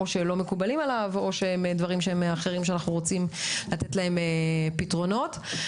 מקובלים עליו או דברים שאנחנו רוצים לתת להם פתרונות.